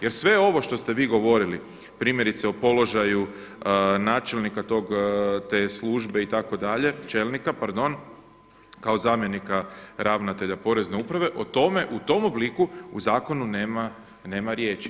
Jer sve ovo što ste vi govorili, primjerice o položaju načelnika te službe itd., čelnika, pardon, kao zamjenika ravnatelja porezne uprave, o tome u tom obliku u zakonu nema riječi.